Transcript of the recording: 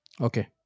Okay